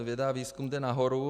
Věda a výzkum jde nahoru.